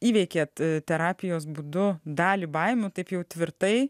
įveikėt terapijos būdu dalį baimių taip jau tvirtai